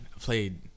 played